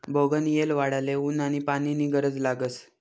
बोगनयेल वाढाले ऊन आनी पानी नी गरज लागस